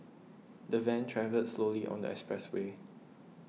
the van travelled slowly on the expressway